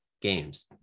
games